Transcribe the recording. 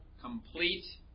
complete